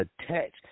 attached